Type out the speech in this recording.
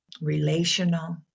relational